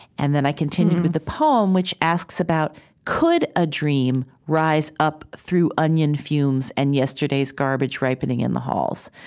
and then i continued with the poem which asks about could a dream rise up through onion fumes and yesterday's garbage ripening in the halls?